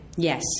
Yes